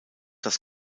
das